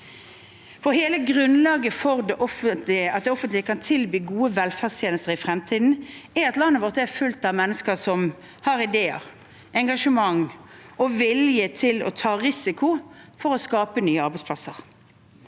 Hele grunnlaget for at det offentlige kan tilby gode velferdstjenester i fremtiden, er at landet vårt er fullt av mennesker som har ideer, engasjement og vilje til å ta risiko for å skape nye arbeidsplasser.